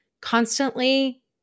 constantly